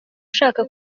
ushaka